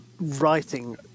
writing